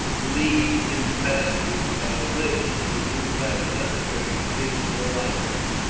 lead into passages, while this, and he drew back another curtain, is the library.